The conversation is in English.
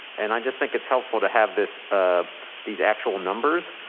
and i just think it's helpful to have this, um these actual numbers.